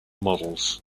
models